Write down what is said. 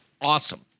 awesome